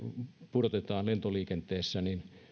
pudotetaan lentoliikenteessä